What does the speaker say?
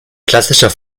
klassischer